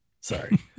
Sorry